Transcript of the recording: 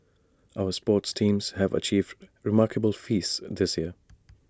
our sports teams have achieved remarkable feats this year